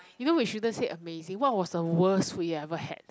you know we shouldn't say amazing what was the worse we ever had